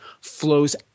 flows